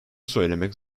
söylemek